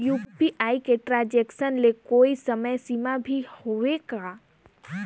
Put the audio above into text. UPI के transaction ले कोई समय सीमा भी हवे का?